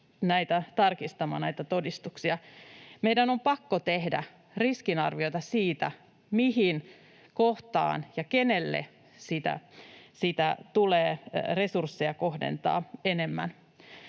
tarkistamaan näitä todistuksia. Meidän on pakko tehdä riskinarviota siitä, mihin kohtaan ja kenelle tulee resursseja kohdentaa enemmän.